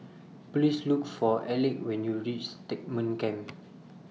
Please Look For Alec when YOU REACH Stagmont Camp